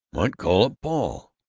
might call up paul.